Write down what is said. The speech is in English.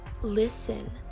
listen